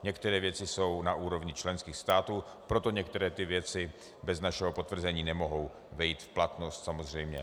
Některé věci jsou na úrovni členských států, proto některé věci bez našeho potvrzení nemohou vejít v platnost, samozřejmě.